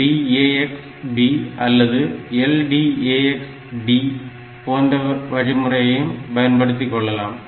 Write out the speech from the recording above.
LDAX B அல்லது LDAX D போன்ற வழிமுறைகளையும் பயன்படுத்திக் கொள்ளலாம்